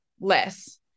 less